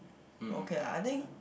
okay lah I think